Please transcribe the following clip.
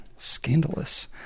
scandalous